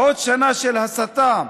עוד שנה של הסתה,